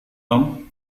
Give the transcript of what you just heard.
tom